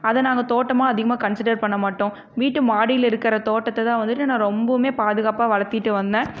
அதை நாங்கள் தோட்டமாக அதிகமாக கன்சிடர் பண்ண மாட்டோம் வீட்டு மாடியில இருக்கிற தோட்டத்ததான் வந்துவிட்டு நான் ரொம்பவுமே பாதுகாப்பாக வளர்த்திட்டு வந்தேன்